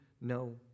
no